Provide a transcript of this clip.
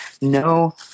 no